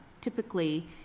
typically